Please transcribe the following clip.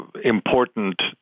important